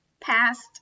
past